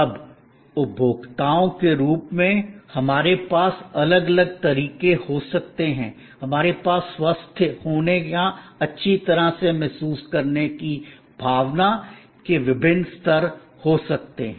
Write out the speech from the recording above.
अब उपभोक्ताओं के रूप में हमारे पास अलग अलग तरीके हो सकते हैं हमारे पास स्वस्थ होने या अच्छी तरह से महसूस करने की भावना के विभिन्न स्तर हो सकते हैं